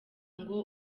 ngo